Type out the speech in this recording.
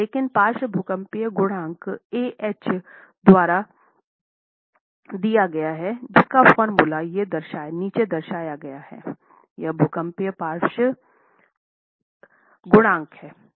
लेकिन पार्श्व भूकंपीय गुणांक ए एच द्वारा दिया गया है Z I S ⋅⋅ AR g a h 2 Z Zone Factor I Importance Factor R Response Reduction Factor S Spectral Acceleration a यह भूकंपीय पार्श्व भूकंपीय गुणांक है